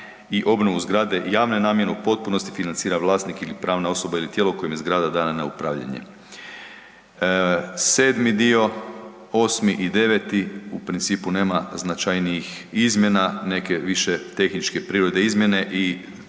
i obnovu zgrade javne namjene u potpunosti financira vlasnik ili pravna osoba ili tijelo kojem je zgrada dana na upravljanje. 7. dio, 8. i 9. u principu nema značajnijih izmjena, neke više tehničke prirode izmjene i